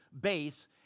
base